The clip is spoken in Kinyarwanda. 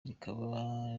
rikaba